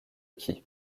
qui